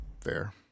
Fair